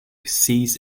cease